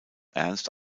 ernst